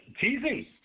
Teasing